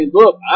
look